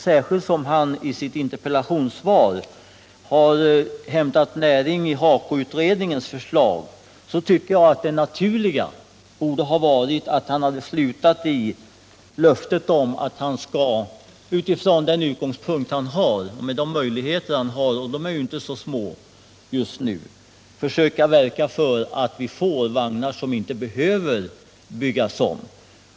Särskilt som han i sitt interpellationssvar har hämtat näring i HAKO-utredningens förslag tycker jag att det naturliga hade varit att han hade slutat med ett löfte om att han skall, utifrån sin utgångspunkt och de möjligheter han har — och de är inte så små just nu — söka verka för att vi får vagnar som sedan inte behöver byggas om.